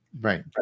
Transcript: right